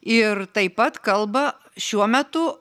ir taip pat kalba šiuo metu